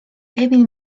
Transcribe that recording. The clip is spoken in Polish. emil